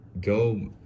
Go